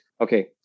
okay